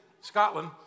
Scotland